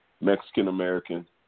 Mexican-American